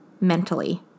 mentally